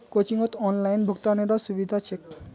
कोचिंगत ऑनलाइन भुक्तानेरो सुविधा छेक